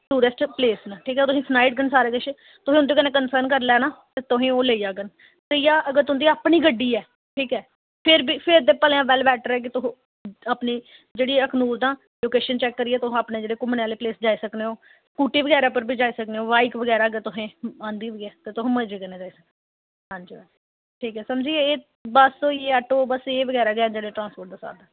tourist place न ठीक ऐ ओ तुसें सनाई ओड़गे न सारा किश तुसें उंदे कन्नै कंसर्न करी लैना ते तुसें ओ लेई जाङन ते जां तुंदी अपनी गड्डी ऐ ठीक ऐ फ्ही बी फ्ही ते भलेआं वैल्ल बैटर ऐ के तुस अपनी जेह्ड़ी अखनूर दा लोकेशन चैक्क करियै तुस अपने जेह्ड़ी घुम्मने आह्ली प्लेस जाई सकने ओ स्कूटी बगैरा पर बी जाई सकने बाइक बगैरा अगर तुसें औंदी होऐ ते तुस मजे कन्नै जाई सकने हां जी मैम ठीक ऐ एह् समझी गे बस होई गेई आटो बस एह् बगैरा गै इद्धर ट्रांसपोर्ट दा साधन